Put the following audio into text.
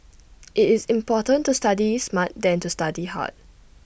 IT is important to study smart than to study hard